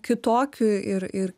kitokiu ir ir